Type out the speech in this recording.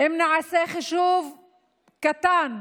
אם נעשה חישוב קטן,